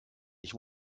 ich